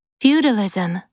Feudalism